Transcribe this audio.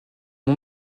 nom